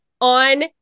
on